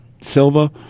Silva